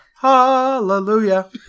Hallelujah